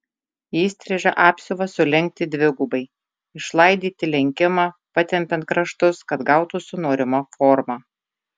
įstrižą apsiuvą sulenkti dvigubai išlaidyti lenkimą patempiant kraštus kad gautųsi norima forma